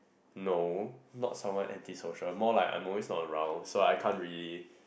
no not someone anti social more like I'm always not around so I can't really